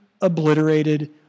obliterated